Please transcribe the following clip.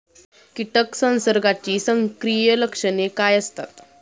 कीटक संसर्गाची संकीर्ण लक्षणे काय असतात?